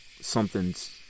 something's